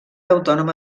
autònoma